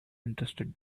interested